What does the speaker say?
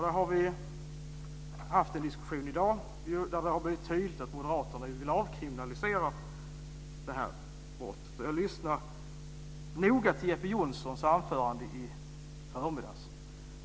Vi har haft en diskussion i dag där det har blivit tydligt att moderaterna vill avkriminalisera brottet. Jag lyssnade noga till Jeppe Johnssons anförande i förmiddags.